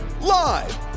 Live